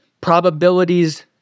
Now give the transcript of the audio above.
probabilities